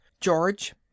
George